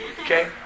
Okay